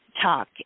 talk